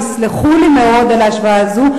ויסלחו לי מאוד על ההשוואה הזו,